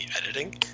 editing—